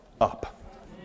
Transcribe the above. up